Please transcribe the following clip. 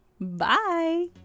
Bye